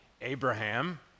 Abraham